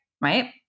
right